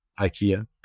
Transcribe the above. IKEA